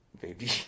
baby